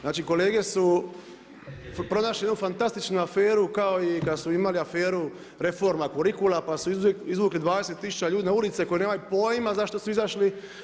Znači kolege su pronašle jednu fantastičnu aferu kao i kada smo imali aferu reforma kurikula pa su izvukli 20 tisuća ljudi na ulice koji nemaju pojma zašto su izašli.